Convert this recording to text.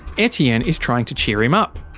etienne is trying to cheer him up.